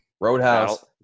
roadhouse